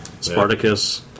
Spartacus